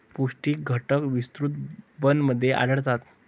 पौष्टिक घटक विस्तृत बिनमध्ये आढळतात